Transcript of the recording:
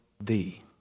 thee